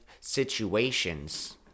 situations